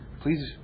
please